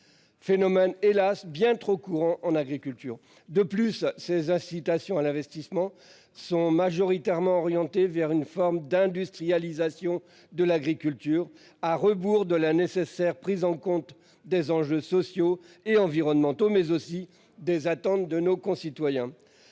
Phénomène hélas bien trop courant en agriculture. De plus, ces incitations à l'investissement sont majoritairement orienté vers une forme d'industrialisation de l'agriculture. À rebours de la nécessaire prise en compte des enjeux sociaux et environnementaux mais aussi des attentes de nos concitoyens.